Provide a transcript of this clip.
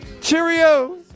Cheerio